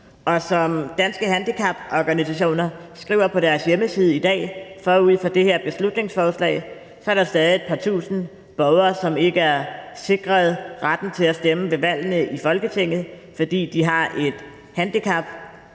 og som Danske Handicaporganisationer skriver på deres hjemmeside i dag forud for det her beslutningsforslag, er der stadig et par tusind borgere, som ikke er sikret retten til at stemme ved valgene i Folketinget, fordi de har et handicap.